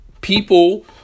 people